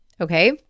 Okay